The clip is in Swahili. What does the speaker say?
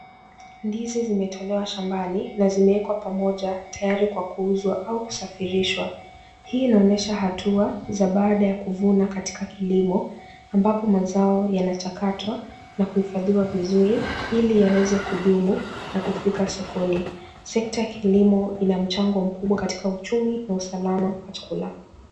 Ndizi zimetolewa shambani na zimewekwa pamoja tayari kwa kuuzwa au kusafirishwa. Hii inaonyesha hatua za baada ya kuvuna katika kilimo ambapo mazao yanachakatwa na kuhifadhiwa vizuri ili yaweze kudumu na kufika sokoni. Sekta ya kilimo ina mchango mkubwa katika uchumi na usalama wa chakula.